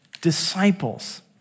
disciples